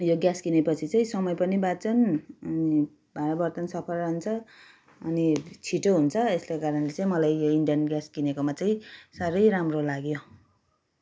यो ग्यास किनेपछि चाहिँ समय पनि बाँच्छन् अनि भाँडावर्तन सफा रहन्छ अनि छिटो हुन्छ यसले कारणले चाहिँ मलाई यो इन्डेन ग्यास किनेकोमा चाहिँ साह्रै राम्रो लाग्यो